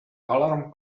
alarm